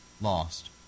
lost